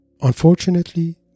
Unfortunately